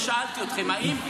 ושאלתי אתכם: האם,